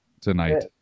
tonight